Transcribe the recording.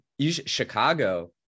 Chicago